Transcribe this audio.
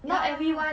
ya